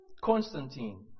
Constantine